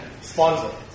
Sponsor